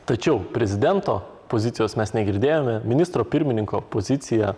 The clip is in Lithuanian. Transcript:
tačiau prezidento pozicijos mes negirdėjome ministro pirmininko pozicija